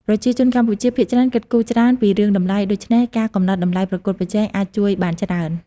ប្រជាជនកម្ពុជាភាគច្រើនគិតគូរច្រើនពីរឿងតម្លៃ ដូច្នេះការកំណត់តម្លៃប្រកួតប្រជែងអាចជួយបានច្រើន។